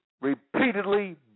repeatedly